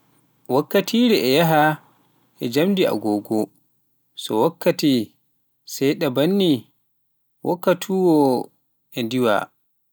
wakkatire e njaahe njamdi agogo, so waktuuji seeɗa ɓennii waktu oo diwa